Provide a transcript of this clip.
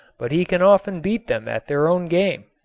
but he can often beat them at their own game.